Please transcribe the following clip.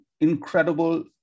incredible